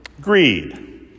greed